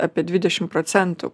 apie dvidešim procentų